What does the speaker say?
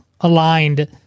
aligned